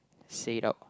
say it out